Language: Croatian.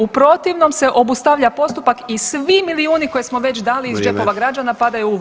U protivnom se obustavlja postupak i svi milijuni koje smo već dali iz džepova građana padaju u vodu.